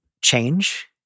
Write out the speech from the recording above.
change